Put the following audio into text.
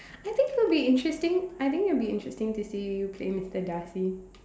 I think it will be interesting I think it will be interesting to see you play Mister Darcy